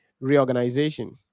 reorganization